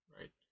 right